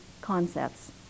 concepts